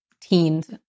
teens